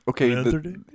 okay